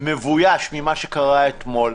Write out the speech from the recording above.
מבויש ממה שקרה אתמול.